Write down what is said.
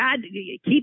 keep